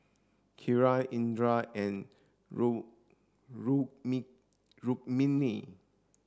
Kiran Indira and Rukmini